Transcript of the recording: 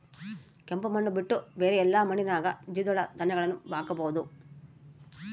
ಕೆಂಪು ಮಣ್ಣು ಬಿಟ್ಟು ಬೇರೆ ಎಲ್ಲಾ ಮಣ್ಣಿನಾಗ ದ್ವಿದಳ ಧಾನ್ಯಗಳನ್ನ ಹಾಕಬಹುದಾ?